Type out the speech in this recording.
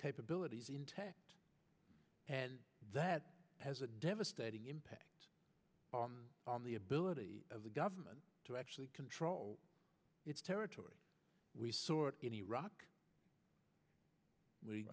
capabilities intact and that has a devastating impact on the ability of the government to actually control its territory we saw it in iraq we